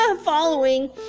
following